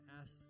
ask